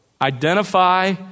identify